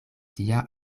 tia